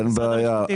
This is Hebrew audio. אין בעיה,